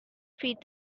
feed